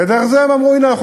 ודרך זה הם אמרו: הנה,